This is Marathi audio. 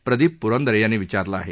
प्रदिप प्रंदरे यांनी विचारला आहे